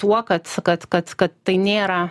tuo kad kad kad tai nėra